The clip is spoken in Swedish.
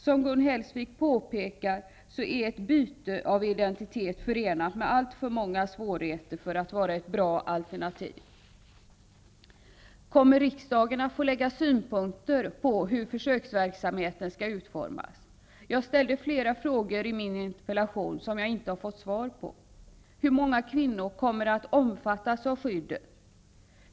Som Gun Hellsvik påpekar är ett byte av identitet förenat med alltför många svårigheter för att vara ett bra alternativ. Kommer riksdagen att få lägga fram synpunkter på hur försöksverksamheten skall utformas? Jag ställde i min interpellation flera frågor som jag inte har fått svar på. Hur många kvinnor kommer att omfattas av skyddet?